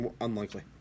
Unlikely